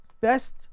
best